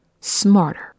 smarter